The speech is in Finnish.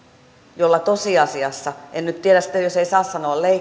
jolla tosiasiassa en nyt tiedä sitten jos ei saa sanoa